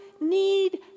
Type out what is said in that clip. need